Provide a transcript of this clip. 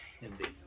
indeed